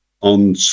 on